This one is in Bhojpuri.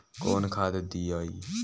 कौन खाद दियई?